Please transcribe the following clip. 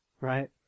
right